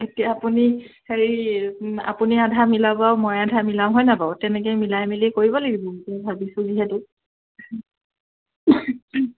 এতিয়া আপুনি হেৰি আপুনি আধা মিলাব আৰু মই আধা মিলাম হয় ন বাৰু তেনেকৈয়ে মিলাই মিলি কৰিব লাগিব ভাবিছোঁ যিহেতু